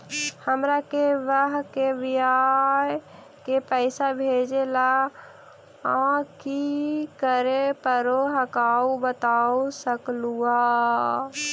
हमार के बह्र के बियाह के पैसा भेजे ला की करे परो हकाई बता सकलुहा?